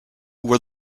were